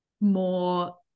more